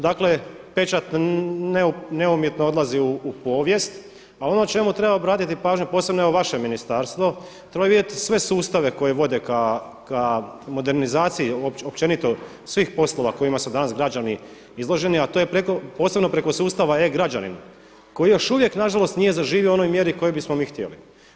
Dakle pečat neumjetno odlazi u povijest, ali ono čemu treba obratiti pažnju posebno evo vaše ministarstvo, treba vidjeti sve sustave koje vode k modernizaciji općenito svih poslova kojima su danas građani izloženi, a to je posebno preko sustava e-građanin koji još uvijek nažalost nije zaživio u onoj mjeri u kojoj bismo mi htjeli.